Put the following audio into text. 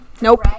Nope